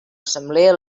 assemblea